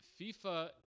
FIFA